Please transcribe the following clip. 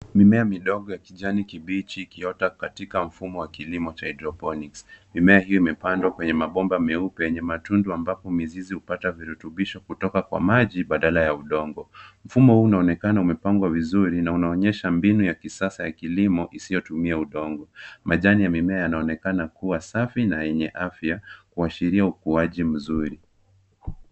Mimea midogo ya kijani kibichi ikiota katika mfumo wa kilimo cha hydroponics . Mimea hiyo imepandwa kwenye mabomba meupe yenye matundu ambapo mizizi hupata virutubisho kutoka kwa maji badala ya udongo. Mfumo huu unaonekana umepangwa vizuri na unaonyesha mbinu ya kisasa ya kilimo. majani ya mimea yanaonekana kuwa safi na yenye afya kuashiria ukuaji mzuri.